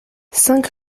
cinq